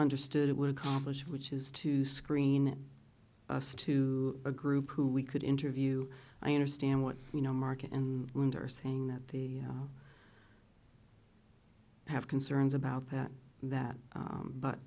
understood it would accomplish which is to screen us to a group who we could interview i understand what you know mark and linda are saying that the i have concerns about that that